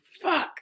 fuck